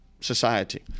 society